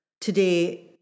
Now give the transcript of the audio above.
today